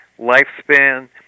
lifespan